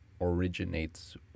originates